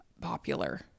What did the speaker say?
popular